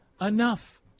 enough